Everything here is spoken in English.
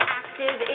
active